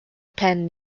pen